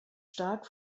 stark